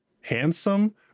Handsome